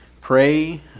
pray